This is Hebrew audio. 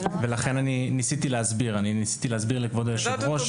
ולכן אני ניסיתי להסביר לכבוד היושב-ראש.